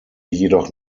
jedoch